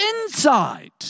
inside